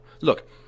look